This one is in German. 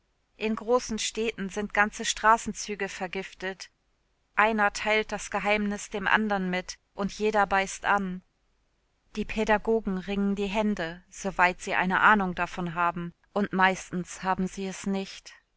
in großen städten sind ganze straßenzüge vergiftet einer teilt das geheimnis dem andern mit und jeder beißt an die pädagogen ringen die hände soweit sie eine ahnung davon haben und meistens haben sie es nicht